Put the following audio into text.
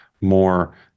more